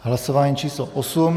Hlasování číslo 8.